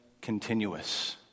continuous